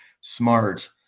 smart